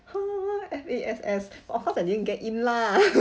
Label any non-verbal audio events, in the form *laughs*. *noise* F_A_S_S of course I didn't get in lah *laughs*